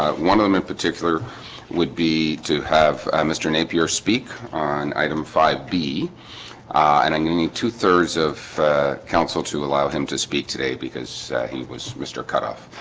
um one of them in particular would be to have mr napier speak on item five b and i need two three of council to allow him to speak today because he was mr. cut off.